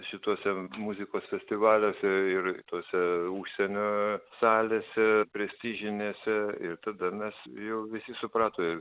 šituose muzikos festivaliuose ir tose užsienio salėse prestižinėse ir tada mes jau visi suprato ir